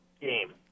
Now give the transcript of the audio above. game